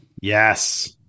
Yes